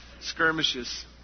Skirmishes